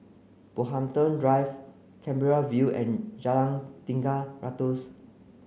Brockhampton Drive Canberra View and Jalan Tiga Ratus